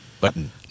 Button